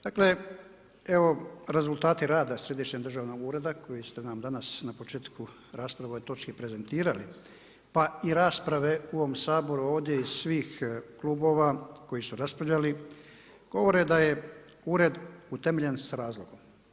Dakle evo rezultati rada Središnjeg državnog ureda koji ste nam danas na početku rasprave o ovoj točki prezentirali pa i rasprave u ovom Saboru ovdje iz svih klubova koji su raspravljali govor da je ured utemeljen sa razlogom.